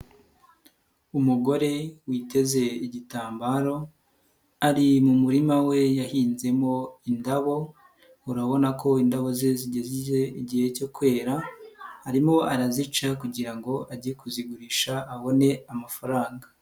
Umugore witeze igitambaro ari mu murima we yahinzemo indabo, urabona ko indabo ze zigeze igihe cyo kwera arimo arazica kugira ngo ajye kuzigurisha abone amafaranga.